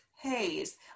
haze